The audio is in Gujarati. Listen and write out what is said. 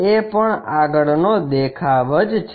એ પણ આગળનો દેખાવ જ છે